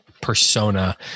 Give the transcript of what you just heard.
persona